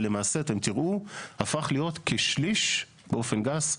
זה למעשה הפך להיות כשליש באופן גס,